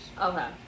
Okay